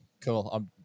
Cool